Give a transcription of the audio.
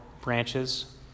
branches